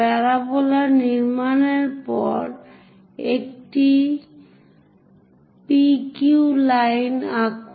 parabola নির্মাণের পর একটি PQ লাইন আঁকুন